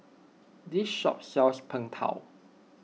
this shop sells Png Tao